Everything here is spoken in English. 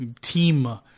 team